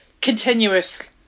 continuous